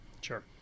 sure